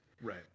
Right